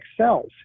cells